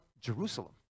Jerusalem